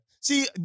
See